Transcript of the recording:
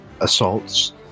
assaults